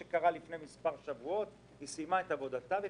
לפני מספר שבועות היא סיימה את עבודתה ופרסמה.